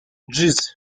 jeez